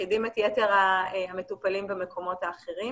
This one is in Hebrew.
מפחידים את יתר המטופלים במקומות האחרים,